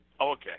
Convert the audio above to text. okay